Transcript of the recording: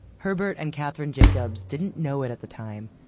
herbert and katherine jacobs didn't know it at the time,